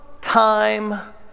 time